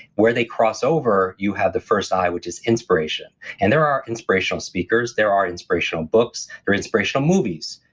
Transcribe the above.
where they cross over, you have the first i, which is inspiration and there are inspirational speakers, there are inspirational books, there are inspirational movies.